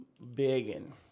begging